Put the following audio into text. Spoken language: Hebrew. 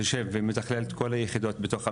יושב ומתכלל את כל היחידות בתוך המשרד.